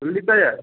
চল্লিশ হাজার